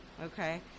Okay